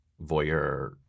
voyeur